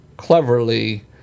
cleverly